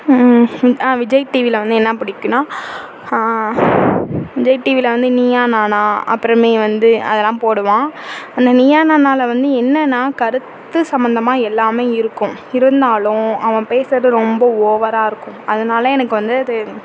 விஜய் டிவியில வந்து என்ன பிடிக்குனா விஜய் டிவியில வந்து நீயா நானா அப்புறமே வந்து அதெல்லாம் போடுவான் அந்த நீயா நானாவில என்னன்னா கருத்து சம்பந்தமாக எல்லாமே இருக்கும் இருந்தாலும் அவன் பேசுகிறது ரொம்ப ஓவராக இருக்கும் அதனால் எனக்கு வந்து அது